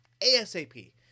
ASAP